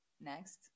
next